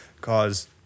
cause